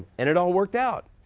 and it all worked out,